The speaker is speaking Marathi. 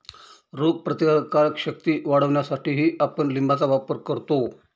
रोगप्रतिकारक शक्ती वाढवण्यासाठीही आपण लिंबाचा वापर करतो